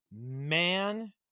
man